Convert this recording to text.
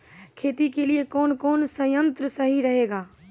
खेती के लिए कौन कौन संयंत्र सही रहेगा?